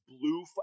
blue